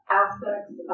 aspects